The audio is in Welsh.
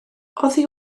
oddi